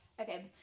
Okay